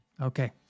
Okay